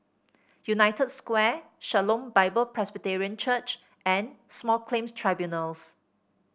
United Square Shalom Bible Presbyterian Church and Small Claims Tribunals